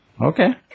Okay